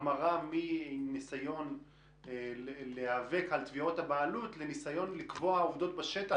ההמרה מניסיון להיאבק על תביעות הבעלות לניסיון לקבוע עובדות בשטח.